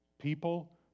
people